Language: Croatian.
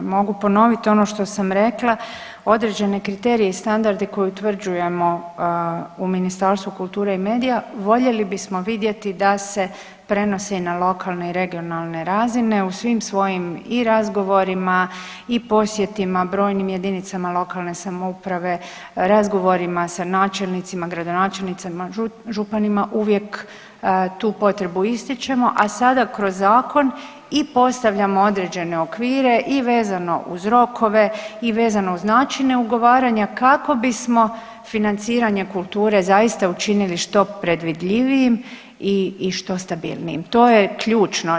Mogu ponovit ono što sam rekla, određene kriterije i standarde koje utvrđujemo u Ministarstvu kulture i medija voljeli bismo vidjeti da se prenose i na lokalne i regionalne razine u svim svojim i razgovorima i posjetima brojnim JLS, razgovorima sa načelnicima, gradonačelnicima, županima, uvijek tu potrebu ističemo, a sada kroz zakon i postavljamo određene okvire i vezano uz rokove i vezano uz načine ugovaranja kako bismo financiranje kulture zaista učinili što predvidljivijim i što stabilnijim, to je ključno.